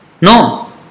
No